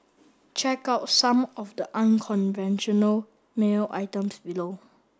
check out some of the unconventional mail items below